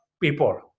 people